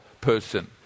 person